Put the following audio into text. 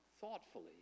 thoughtfully